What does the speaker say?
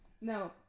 no